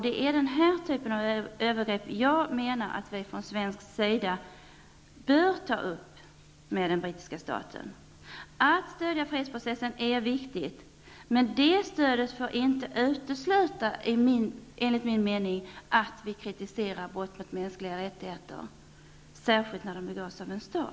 Det är den här typen av övergrepp som jag menar att vi från svensk sida bör ta upp med den brittiska staten. Det är viktigt att stödja fredsprocessen, men det stödet får inte utesluta att man kritiserar brott mot mänskliga rättigheter, särskilt när de begås av en stat.